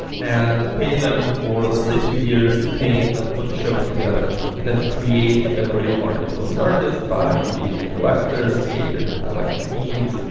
and pay them for, let's say, two years to pay then put a show together then create a real market for the artist by engaging collectors, catering to collect their needs,